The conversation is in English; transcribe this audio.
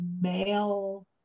male